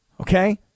Okay